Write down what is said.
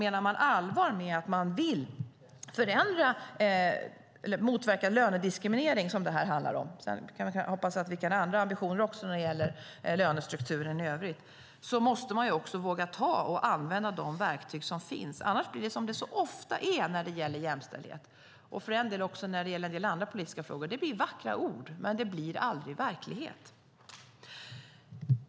Menar man allvar med att man vill motverka lönediskriminering, som det här handlar om - sedan kan jag hoppas att vi kan ha andra ambitioner när det gäller lönestrukturen i övrigt - tycker jag också att man måste våga använda de verktyg som finns. Annars blir det som så ofta när det gäller jämställdhet, och för den delen också när det gäller en del andra politiska frågor, att det blir vackra ord men det blir aldrig verklighet.